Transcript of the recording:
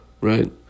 right